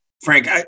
Frank